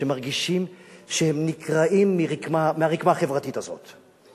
מרגישים שהם נקרעים מהרקמה החברתית הזאת,